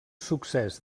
succés